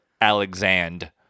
Alexand